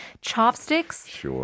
chopsticks